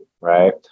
Right